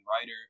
writer